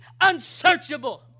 unsearchable